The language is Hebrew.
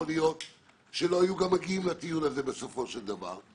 להיות שלא היו מגיעים לטיול בסופו של דבר.